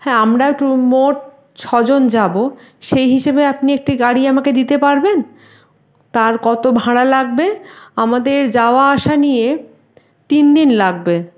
হ্যাঁ আমরা টু মোট ছজন যাব সেই হিসেবে আপনি একটি গাড়ি আমাকে দিতে পারবেন তার কত ভাড়া লাগবে আমাদের যাওয়া আসা নিয়ে তিন দিন লাগবে